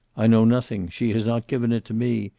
i know nothing. she has not given it to me.